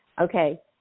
Okay